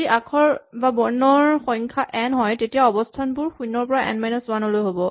যদি আখৰৰ সংখ্যা এন হয় তেতিয়া অৱস্হানবোৰ শূণ্যৰ পৰা এন মাইনাচ ৱান লৈ হ'ব